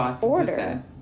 order